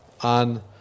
on